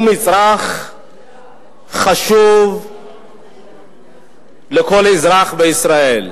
הם מצרך חשוב לכל אזרח בישראל.